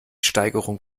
steigerung